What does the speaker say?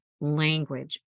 language